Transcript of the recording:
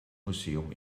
museum